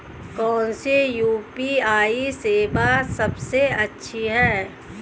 कौन सी यू.पी.आई सेवा सबसे अच्छी है?